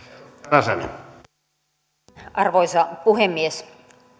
arvoisa puhemies